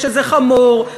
שזה חמור,